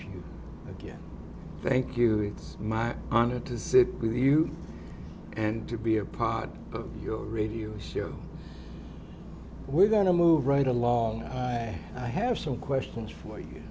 you again thank you it's my honor to sit with you and to be a part of your radio show we're going to move right along i have some questions for you